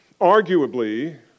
arguably